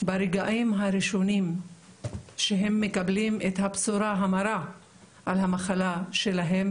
ברגעים הראשונים שהם מקבלים את הבשורה המרה על המחלה שלהם,